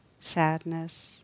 sadness